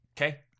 Okay